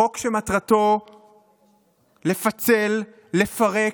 חוק שמטרתו לפצל, לפרק,